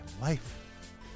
life